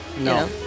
No